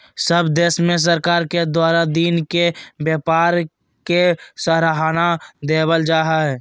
सब देश में सरकार के द्वारा दिन के व्यापार के सराहना देवल जा हइ